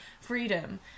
freedom